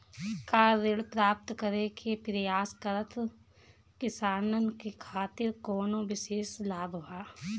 का ऋण प्राप्त करे के प्रयास करत किसानन के खातिर कोनो विशेष लाभ बा